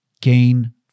gain